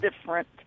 different